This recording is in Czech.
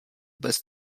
bez